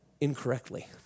incorrectly